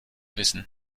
wissen